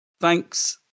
Thanks